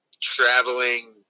traveling